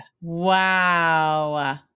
Wow